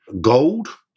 gold